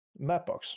Mapbox